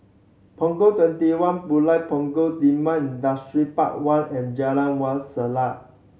Punggol Twenty one Pulau Punggol Timor Industrial Park One and Jalan Wak Selat